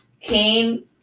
came